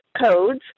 codes